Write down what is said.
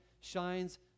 shines